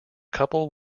couple